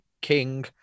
King